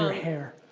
hair.